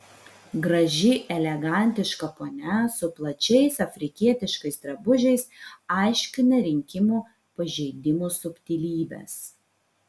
graži elegantiška ponia su plačiais afrikietiškais drabužiais aiškina rinkimų pažeidimų subtilybes